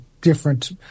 different